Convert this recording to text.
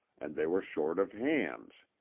and they were short of hands.